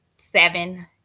seven